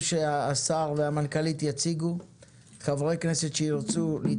בעולם של שוק יורד קשה להכניס תחרות ומאוד קשה